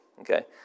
Okay